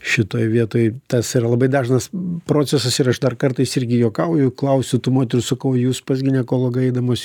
šitoj vietoj tas yra labai dažnas procesas ir aš dar kartais irgi juokauju klausiu tų moterų sakau jūs pas ginekologą eidamos